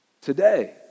Today